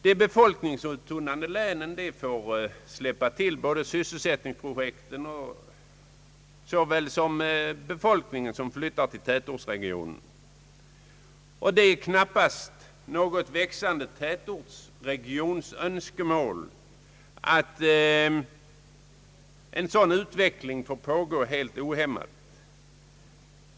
De befolkningsuttunnande länen får släppa till både sysselsättningsprojekt och befolkning, som flyttar till tätortsregionerna. Det är knappast någon växande tätortsregions önskemål att en sådan utveckling får pågå helt ohämmad.